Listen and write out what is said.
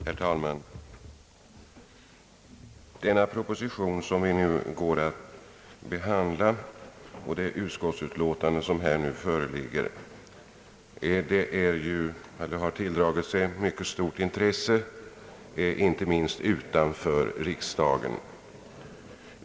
Herr talman! Den proposition som vi nu går att behandla och det utskottsutlåtande som här föreligger har tilldragit sig ett mycket stort intresse inte minst utanför riksdagen.